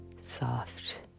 soft